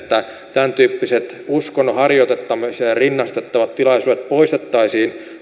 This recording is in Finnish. tämäntyyppiset uskonnon harjoittamiseen rinnastettavat tilaisuudet poistettaisiin